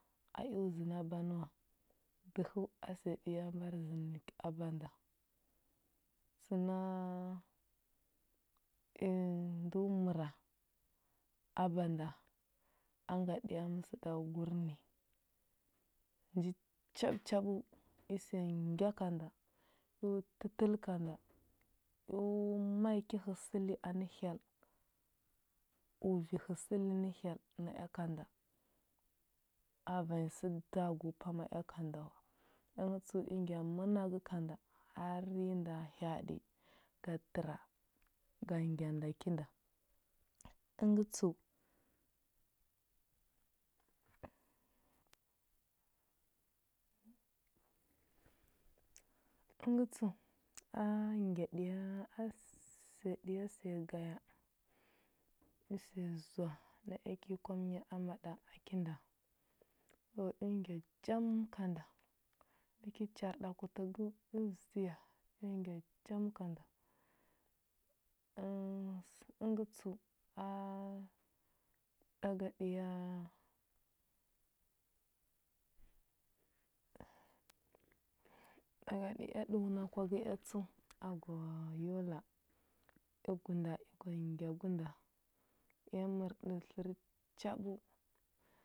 A eo zənə a banə wa. Dəhəu a səya ɗə ya mbar ɗə ya zənə a banda. Səna i ndo məra, a banda, a ngaɗə ya məsəɗagur ni. Nji chaɓə chaɓəu i səya ngya ka nda, eo tətəl ka nda. Eo ma i ki həsəli anə hyel, u vi həsəli nə hyel naea ka nda. A vanya səda gu pama ea ka nda wa. Əngə tsəu i ngya mənagə ka nda. Har yi nda hya aɗi ga təra, ga ngya nda kinda. Əngə tsəu əngə tsəu a ngya ɗə ya a səya ɗə ya səya gaya, i səya zoa naea kə i kwamənya ama ɗa a kinda. So eo ngya jam ka nda. Ndə ki char ɗa kutəgəu eo zuya eo ngya jam ka nda. Əə s əngə tsəu, a ɗaga ɗə ya ɗaga ɗu ea ɗəuna kwa gə ea tsəu, a gwa yola, i gu nda i gwa ngya gu nda, i mərɗə tlər chaɓəu.